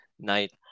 night